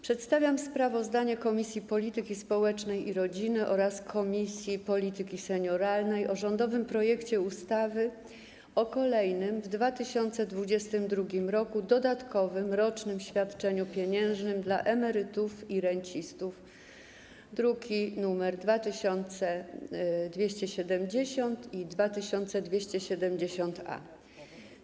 Przedstawiam sprawozdanie Komisji Polityki Społecznej i Rodziny oraz Komisji Polityki Senioralnej o rządowym projekcie ustawy o kolejnym w 2022 r. dodatkowym rocznym świadczeniu pieniężnym dla emerytów i rencistów, druki nr 2270 i 2270-A.